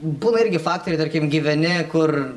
buvo irgi faktorių tarkim gyveni kur